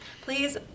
Please